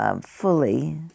fully